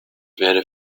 werde